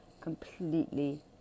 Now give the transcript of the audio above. completely